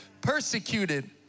persecuted